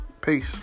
Peace